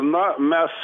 na mes